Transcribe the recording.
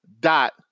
dot